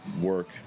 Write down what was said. work